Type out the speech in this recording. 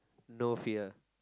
know fear